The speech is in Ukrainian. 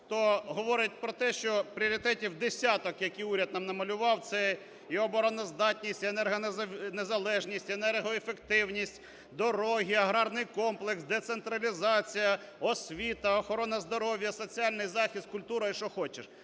то говорять про те, що пріоритетів десяток, які уряд нам намалював. Це і обороноздатність, і енергонезалежність, енергоефективність, дороги, аграрний комплекс, децентралізація, освіта, охорона здоров'я, соціальний захист, культура і що хочеш.